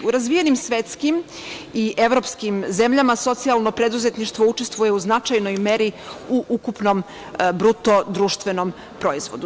U razvijenim svetskim i evropskim zemljama socijalno preduzetništvo učestvuje u značajnoj meri u ukupnom bruto društvenom proizvodu.